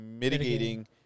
mitigating